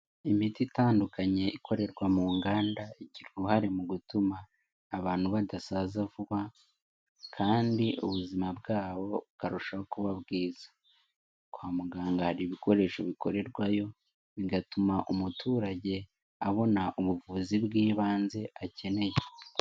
Imiti itandukanye ikorerwa mu nganda, igira uruhare mu gutuma abantu badasaza vuba kandi ubuzima bwabo bukarushaho kuba bwiza. Kwa muganga hari ibikoresho bikorerwayo, bigatuma umuturage abona ubuvuzi bw'ibanze akeneye.